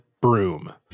broom